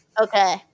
Okay